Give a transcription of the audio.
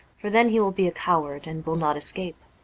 for then he will be a coward, and will not escape.